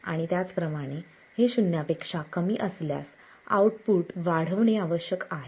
आणि त्याचप्रमाणे हे शून्यापेक्षा कमी असल्यास आउटपुट वाढवणे आवश्यक आहे